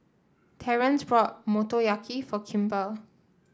Terrence bought Motoyaki for Kimber